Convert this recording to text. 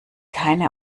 keine